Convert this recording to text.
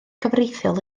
cyfreithiol